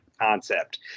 concept